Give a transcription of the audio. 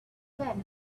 then